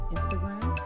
Instagram